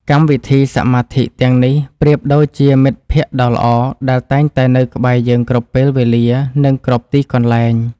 កម្មវិធីសមាធិទាំងនេះប្រៀបដូចជាមិត្តភក្តិដ៏ល្អដែលតែងតែនៅក្បែរយើងគ្រប់ពេលវេលា និង គ្រប់ទីកន្លែង។